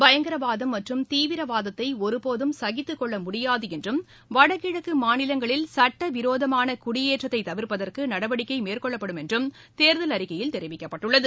பயங்கரவாதம் மற்றும் தீவிரவாதத்தை ஒருபோதும் சகித்துக்கொள்ள முடியாது என்றும் வடகிழக்கு மாநிலங்களில் சட்டவிரோதமான குடியேற்றத்தை தவிர்ப்பதற்கு நடவடிக்கை மேற்கொள்ளப்படும் தேர்தல் அறிக்கையில் தெரிவிக்கப்பட்டுள்ளது